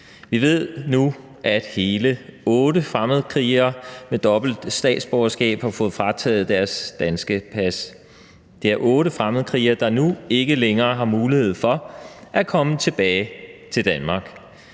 Vi ved nu, at hele otte fremmedkrigere med dobbelt statsborgerskab har fået frataget deres danske pas. Det er otte fremmedkrigere, der nu ikke længere har mulighed for at komme tilbage til Danmark.